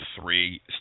three